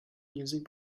music